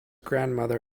grandmother